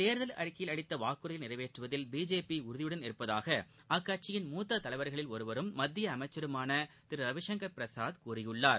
தேர்தல் அழிக்கையில் அளித்த வாக்குறுதிகளை நிறைவேற்றுவதில் பிஜேபி உறுதியுடன் உள்ளதாக அக்கட்சியின் மூத்த தலைவர்களின் ஒருவரும் மத்திய அமைச்சருமான ரவிசங்கர் பிரசாத் கூறியுள்ளார்